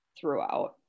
throughout